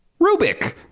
Rubik